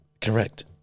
Correct